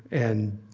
and